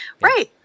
Right